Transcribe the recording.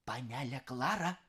panele klara